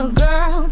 girl